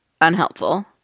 unhelpful